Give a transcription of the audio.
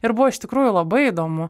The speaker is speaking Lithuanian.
ir buvo iš tikrųjų labai įdomu